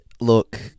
look